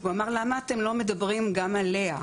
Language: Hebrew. הוא אמר למה אתם לא מדברים גם עליה?